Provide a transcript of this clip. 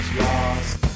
lost